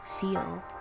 feel